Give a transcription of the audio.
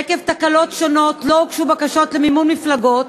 עקב תקלות שונות, לא הוגשו בקשות למימון מפלגות,